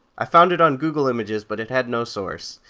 i found it on google images but it had no source.